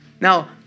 Now